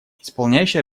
исполняющий